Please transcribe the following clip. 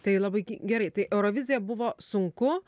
tai labai gerai tai eurovizija buvo sunku